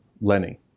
Lenny